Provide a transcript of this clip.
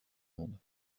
monde